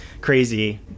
crazy